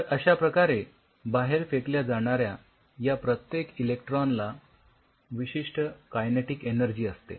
तर अश्या प्रकारे बाहेर फेकल्या जाणाऱ्या या प्रत्येक इलेक्ट्रॉनला विशिष्ठ कायनेटिक एनर्जी असते